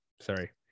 Sorry